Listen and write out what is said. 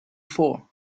for